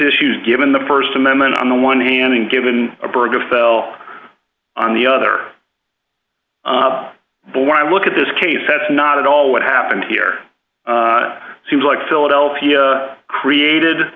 issues given the st amendment on the one hand and given a burka fell on the other but when i look at this case that's not at all what happened here it seems like philadelphia created